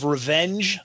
Revenge